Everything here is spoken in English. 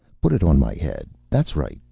put it on my head. that's right.